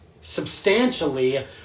substantially